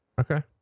Okay